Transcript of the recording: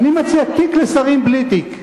שרים בלי תיק.